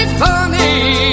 funny